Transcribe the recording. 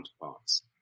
counterparts